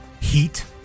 heat